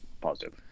positive